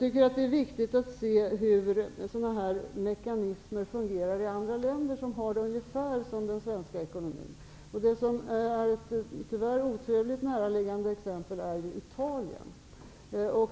Det är viktigt att se hur sådana här mekanismer fungerar i andra länder som har en ekonomi ungefär som den svenska. Ett oturligt näraliggande exempel är Italien.